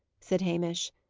said hamish.